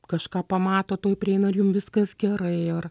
kažką pamato tuoj prieina ar jum viskas gerai ar